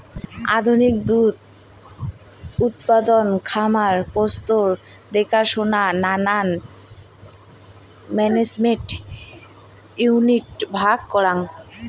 আধুনিক দুধ উৎপাদন খামার পশুর দেখসনাক নানান ম্যানেজমেন্ট ইউনিটে ভাগ করাং